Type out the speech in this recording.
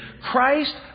Christ